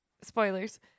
spoilers